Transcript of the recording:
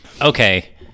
Okay